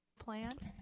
plant